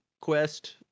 quest